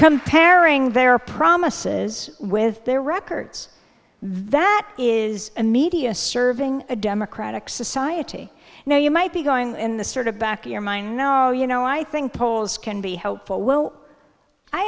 comparing their promises with their records that is a media serving a democratic society now you might be going in the sort of back of your mind no you know i think polls can be helpful well i